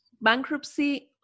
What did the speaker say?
bankruptcy